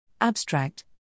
Abstract